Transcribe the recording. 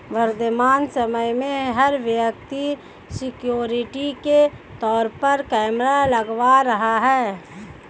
वर्तमान समय में, हर व्यक्ति सिक्योरिटी के तौर पर कैमरा लगवा रहा है